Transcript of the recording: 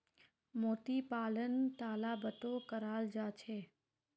मोती पालन तालाबतो कराल जा छेक